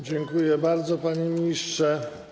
Dziękuję bardzo, panie ministrze.